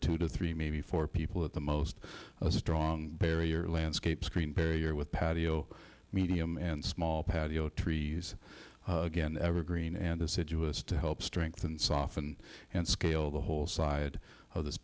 two to three maybe four people at the most a strong barrier landscape screen barrier with patio medium and small patio trees again evergreen and the situ us to help strengthen soften and scale the whole side of this